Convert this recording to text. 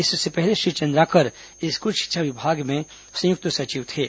इससे पहले श्री चंद्राकर स्कूल शिक्षा विभाग में संयुक्त सचिव थे